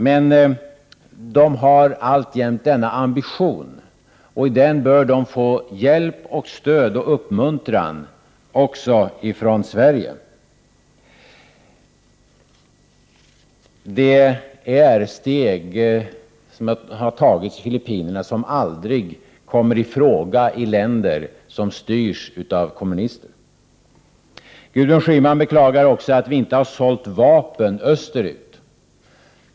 Men i Filippinerna har man alltjämt demokratiska ambitioner, och landet bör få hjälp, stöd och uppmuntran också från Sverige. De steg som tagits i Filippinerna kan aldrig komma i fråga i länder som styrs av kommunister. Herr talman! Gudrun Schyman beklagar också att vi inte sålt vapen österut.